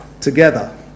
together